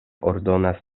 ordonas